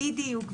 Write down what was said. בדיוק.